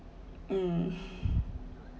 um